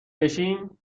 بشیم